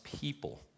people